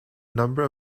number